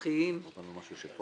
שצריך לדאוג תעודת יושר.